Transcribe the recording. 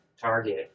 Target